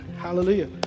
hallelujah